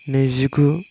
नैजिगु